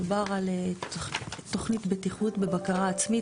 דובר על תוכנית בטיחות בבקרה עצמית,